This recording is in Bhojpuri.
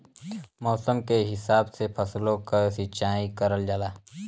मौसम के हिसाब से फसलो क सिंचाई करल जाला